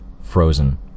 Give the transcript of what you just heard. frozen